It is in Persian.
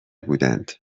بودند